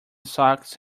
socks